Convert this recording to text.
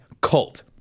cult